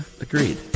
Agreed